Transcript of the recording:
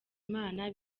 imana